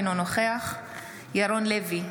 אינו נוכח ירון לוי,